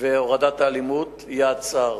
והורדת האלימות, יעד שר.